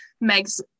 Meg's